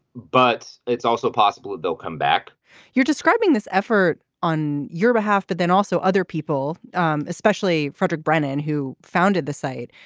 but it's also possible that they'll come back you're describing this effort on your behalf but then also other people um especially fredrick brennan who founded the site.